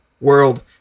world